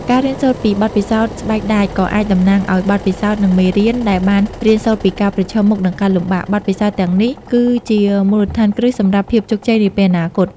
ការរៀនសូត្រពីបទពិសោធន៍ ស្បែកដាច ក៏អាចតំណាងឲ្យ បទពិសោធន៍ និង មេរៀន ដែលបានរៀនសូត្រពីការប្រឈមមុខនឹងការលំបាក បទពិសោធន៍ទាំងនេះគឺជាមូលដ្ឋានគ្រឹះសម្រាប់ភាពជោគជ័យនាពេលអនាគត។